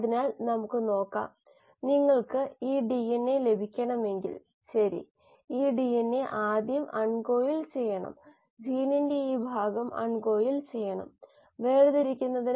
അവിടെയാണ് നമ്മൾ പ്രാക്ടീസ് പ്രശ്നവും അതിനുള്ള പരിഹാരവും ഉപയോഗിച്ച് മൊഡ്യൂൾ ഒന്ന് പൂർത്തിയാക്കിയത്